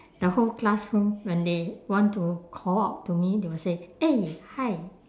the whole classroom when they want to call out to me they will say eh hi